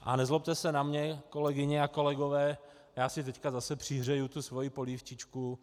A nezlobte se na mě, kolegyně a kolegové, já si teď zase přihřeji tu svoji polívčičku.